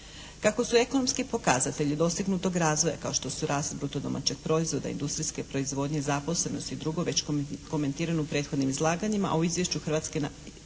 Kako su ekonomski pokazatelji dostignutog razvoja kao što su rast bruto domaćeg proizvoda, industrijske proizvodnje, zaposlenosti i drugo već komentirano prethodnim izlaganjima a u izvješću Hrvatske, a